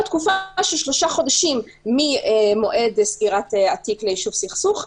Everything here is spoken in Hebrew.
תקופה של שלושה חודשים ממועד סגירת התיק ליישוב סכסוך.